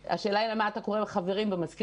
השאלה היא למה אתה קורא חברים במזכירות.